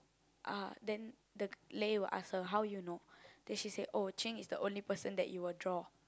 ah then the Lei will ask her how you know then she say oh Jing is the only person that you will draw